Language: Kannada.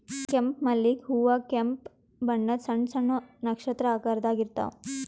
ಕೆಂಪ್ ಮಲ್ಲಿಗ್ ಹೂವಾ ಕೆಂಪ್ ಬಣ್ಣದ್ ಸಣ್ಣ್ ಸಣ್ಣು ನಕ್ಷತ್ರ ಆಕಾರದಾಗ್ ಇರ್ತವ್